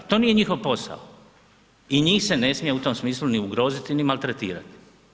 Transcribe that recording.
To nije njihov posao i njih se ne smije u tom smislu ni ugroziti ni maltretirati.